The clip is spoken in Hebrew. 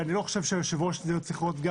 ואני לא חושב שהיושב-ראש צריך להיות זה